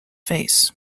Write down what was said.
face